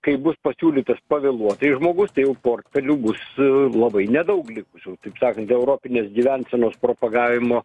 kai bus pasiūlytas pavėluotai žmogus jau portfelių bus labai nedaug likusių taip sakant europinės gyvensenos propagavimo